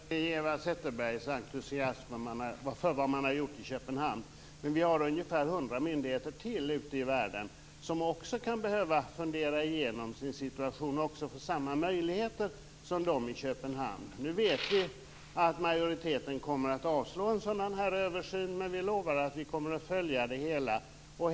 Herr talman! Jag instämmer i Eva Zetterbergs entusiasm för vad man har gjort i Köpenhamn. Men vi har ungefär 100 myndigheter till ute i världen, som också kan behöva fundera igenom sin situation och få samma möjligheter som de i Köpenhamn. Nu vet vi att majoriteten kommer att avslå en sådan här översyn, men vi lovar att vi kommer att följa det hela.